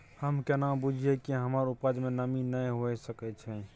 हम केना बुझीये कि हमर उपज में नमी नय हुए सके छै?